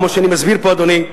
כמו שאני מסביר פה אדוני,